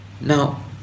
Now